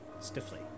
stiffly